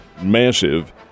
massive